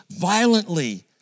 violently